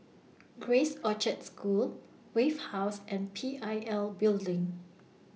Grace Orchard School Wave House and P I L Building